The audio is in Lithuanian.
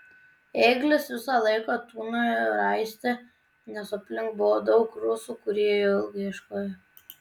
ėglis visą laiką tūnojo raiste nes aplink buvo daug rusų kurie jo ilgai ieškojo